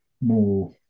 more